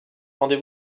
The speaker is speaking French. rendez